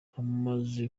hamaze